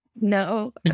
no